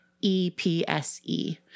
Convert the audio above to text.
E-P-S-E